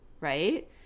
right